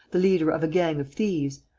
the leader of a gang of thieves,